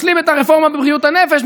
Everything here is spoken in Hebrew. משלים את הרפורמה בבריאות הנפש,